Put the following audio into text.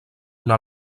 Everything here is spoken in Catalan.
una